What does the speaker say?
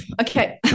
okay